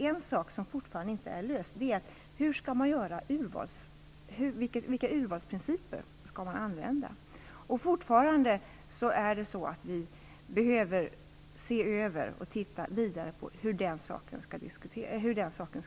En sak som fortfarande är oklar är vilka urvalsprinciper man skall använda sig av. Vi behöver titta vidare på hur den saken skall lösas.